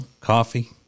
Coffee